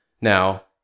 Now